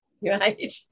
Right